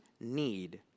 need